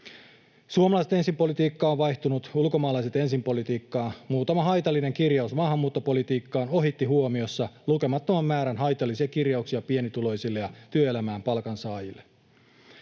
Suomalaiset ensin ‑politiikka on vaihtunut ulkomaalaiset ensin ‑politiikkaan. Muutama haitallinen kirjaus maahanmuuttopolitiikkaan ohitti huomiossa lukemattoman määrän haitallisia kirjauksia pienituloisille ja työelämään palkansaajille.